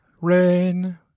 Rain